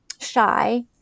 shy